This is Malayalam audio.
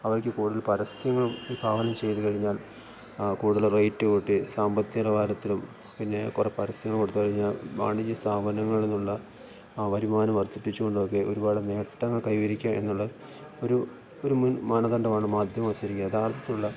അവയ്ക്ക് കൂടുതൽ പരസ്യങ്ങളും വിഭാവനം ചെയ്ത് കഴിഞ്ഞാൽ കൂടുതൽ റേറ്റ് കൂട്ടി സാമ്പത്തിക നിലവാരത്തിലും പിന്നെ കുറേ പരസ്യങ്ങൾ കൊടുത്ത് കഴിഞ്ഞാൽ വാണിജ്യ സ്ഥാപനങ്ങളിൽനിന്നുള്ള വരുമാനം വര്ദ്ധിപ്പിച്ചു കൊണ്ടും ഒക്കെ ഒരുപാട് നേട്ടങ്ങൾ കൈവരിക്കുക എന്നുള്ള ഒരു ഒരു മുൻ മാനദണ്ഡമാണ് മാധ്യമം ശരിക്കും യഥാര്ത്ഥത്തിലുള്ള